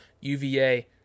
UVA